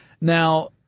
Now